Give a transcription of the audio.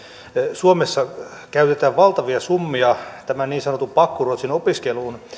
suomessa käytetään valtavia summia tämän niin sanotun pakkoruotsin opiskeluun